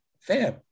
fam